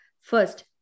first